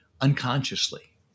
unconsciously